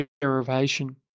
derivation